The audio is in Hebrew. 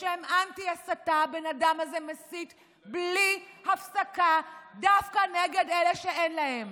בשם אנטי-הסתה הבן אדם הזה מסית בלי הפסקה דווקא נגד אלה שאין להם.